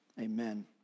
Amen